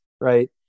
right